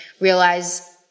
realize